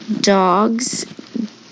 dogs